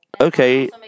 okay